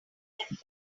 that